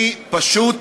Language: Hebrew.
אני פשוט